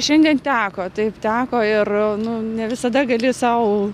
šiandien teko taip teko ir nu ne visada gali sau